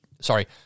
sorry